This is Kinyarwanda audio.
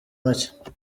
make